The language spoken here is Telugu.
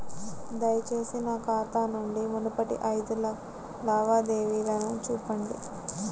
దయచేసి నా ఖాతా నుండి మునుపటి ఐదు లావాదేవీలను చూపండి